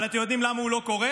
אבל אתם יודעים למה הוא לא קורה?